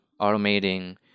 automating